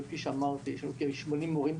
וכפי שאמרתי יש לנו כ-80 מורים,